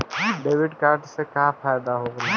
Debit card से का फायदा होई?